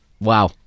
Wow